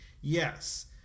Yes